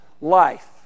life